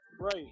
Right